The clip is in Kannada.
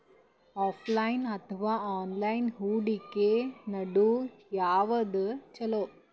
ಆಫಲೈನ ಅಥವಾ ಆನ್ಲೈನ್ ಹೂಡಿಕೆ ನಡು ಯವಾದ ಛೊಲೊ?